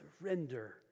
surrender